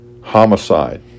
Homicide